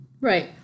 Right